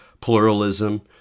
pluralism